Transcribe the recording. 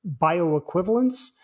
bioequivalence